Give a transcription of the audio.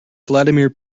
vladimir